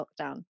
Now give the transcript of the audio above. lockdown